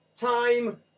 time